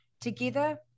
Together